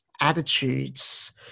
attitudes